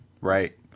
right